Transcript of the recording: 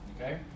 okay